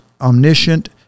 omniscient